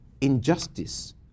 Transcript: injustice